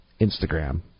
Instagram